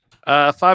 Five